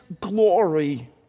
glory